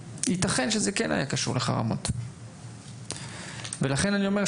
ייתכן שזה כן היה קשור לחרמות ולכן אני אומר,